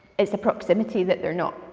it's a proximity that they're not,